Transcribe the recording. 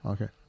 Okay